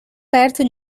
perto